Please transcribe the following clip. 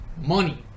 money